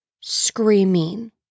screaming